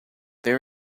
there